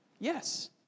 Yes